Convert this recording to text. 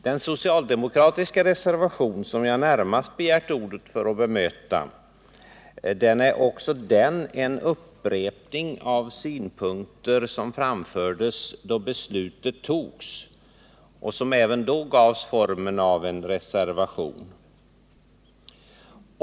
Den socialdemokratiska reservation som jag närmast begärt ordet för att bemöta är också den en upprepning av synpunkter, som framfördes då beslutet fattades och som även då gavs formen av en reservation.